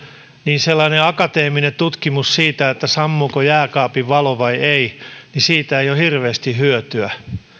ei sellaisesta akateemisesta tutkimuksesta sammuuko jääkaapin valo vai ei ole hirveästi hyötyä